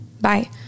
Bye